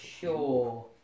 Sure